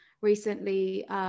recently